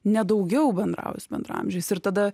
ne daugiau bendrauju su bendraamžiais ir tada